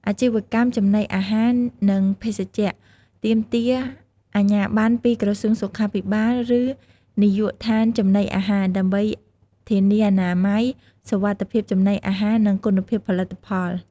អាជីវកម្មចំណីអាហារ និងភេសជ្ជៈ ទាមទារអាជ្ញាប័ណ្ណពីក្រសួងសុខាភិបាល ឬនាយកដ្ឋានចំណីអាហារ ដើម្បីធានាអនាម័យ សុវត្ថិភាពចំណីអាហារ និងគុណភាពផលិតផល។